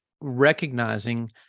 recognizing